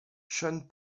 sean